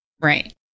Right